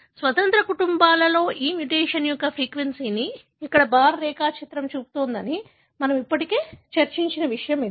స్వతంత్ర కుటుంబాలలో ఈ మ్యుటేషన్ యొక్క ఫ్రీక్వెన్సీని ఇక్కడ బార్ రేఖాచిత్రం చూపుతుందని మనము ఇప్పటికే చర్చించిన విషయం ఇది